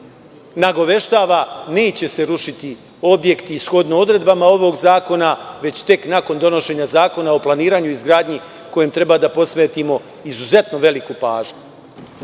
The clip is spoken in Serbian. nagoveštava, neće se rušiti objekti shodno odredbama ovog zakona, već tek nakon donošenja Zakona o planiranju i izgradnji, kojem treba da posvetimo izuzetno veliku pažnju. Ono